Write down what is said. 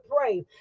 pray